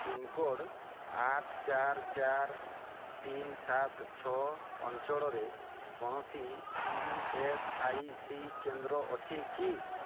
pincode ଆଠ ଚାର ଚାର ତିନ ସାତ ଛଅ ଅଞ୍ଚଳରେ କୌଣସି ଇ ଏସ୍ ଆଇ ସି କେନ୍ଦ୍ର ଅଛି କି